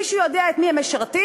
מישהו יודע את מי הם משרתים?